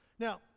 Now